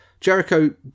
Jericho